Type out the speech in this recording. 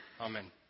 Amen